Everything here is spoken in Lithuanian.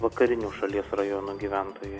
vakarinių šalies rajonų gyventojai